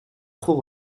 trop